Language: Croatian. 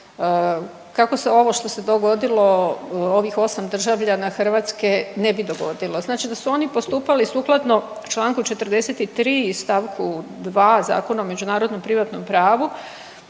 kako se ovo što se dogodilo ovih osam državljana Hrvatske ne bi dogodilo. Znači da su oni postupali sukladno Članku 43. stavku 2. Zakona o međunarodnom privatnom pravu